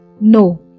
No